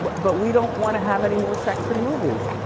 but but we don't wanna have any more sex in movies.